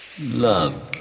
Love